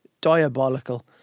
diabolical